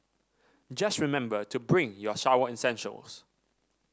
just remember to bring your shower essentials